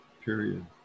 period